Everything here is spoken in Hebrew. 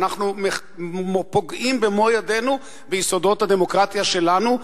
אנחנו פוגעים במו-ידינו ביסודות הדמוקרטיה שלנו,